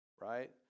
Right